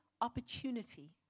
opportunity